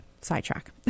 Sidetrack